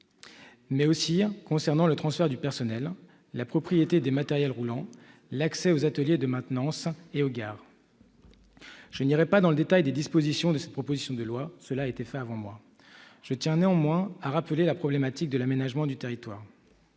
sans oublier le transfert du personnel, la propriété des matériels roulants, l'accès aux ateliers de maintenance et aux gares. Je n'entrerai pas dans le détail des dispositions de cette proposition de loi, car cela a été fait avant moi. Je tiens néanmoins à rappeler la problématique de l'aménagement du territoire.